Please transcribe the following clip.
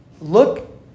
Look